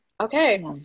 Okay